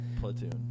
Platoon